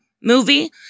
movie